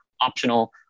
optional